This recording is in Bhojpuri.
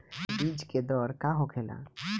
बीज के दर का होखेला?